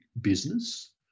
business